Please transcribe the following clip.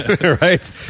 Right